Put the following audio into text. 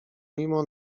mimo